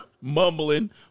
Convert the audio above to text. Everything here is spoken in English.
Mumbling